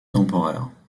temporaire